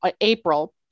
april